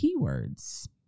keywords